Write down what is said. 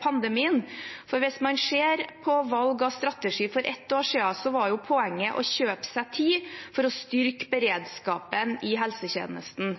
pandemien. For hvis man ser på valg av strategi for ett år siden, var jo poenget å kjøpe seg tid for å styrke beredskapen i helsetjenesten.